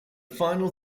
final